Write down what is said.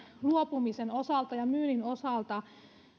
luopumisen osalta ja sen myynnin osalta